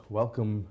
welcome